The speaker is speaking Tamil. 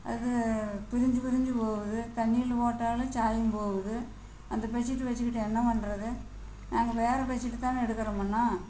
அது பிரிஞ்சு பிரிஞ்சு போகுது தண்ணியில் போட்டாலும் சாயம் போகுது அந்த பெட் ஷீட்டு வெச்சுக்கிட்டு என்ன பண்ணுறது நாங்கள் வேறு பெட் ஷீட்டு தானே எடுக்கிறோமுன்னோம்